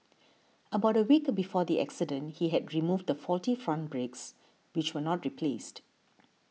about a week before the accident he had removed the faulty front brakes which were not replaced